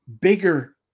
bigger